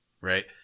right